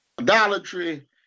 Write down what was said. Idolatry